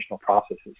processes